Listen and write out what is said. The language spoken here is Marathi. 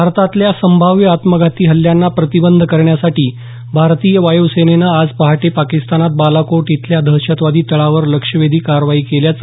भारतातल्या संभाव्य आत्मघाती हल्ल्यांना प्रतिबंध करण्यासाठी भारतीय वायूसेनेनं आज पहाटे पाकिस्तानात बालाकोट इथल्या दहशतवादी तळांवर लक्ष्यभेदी कारवाई केल्याचं